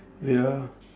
wait ah